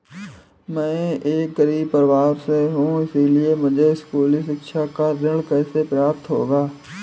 मैं एक गरीब परिवार से हूं इसलिए मुझे स्कूली शिक्षा पर ऋण कैसे प्राप्त होगा?